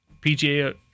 PGA